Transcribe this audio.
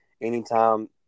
anytime